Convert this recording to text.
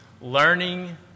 learning